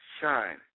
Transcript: shine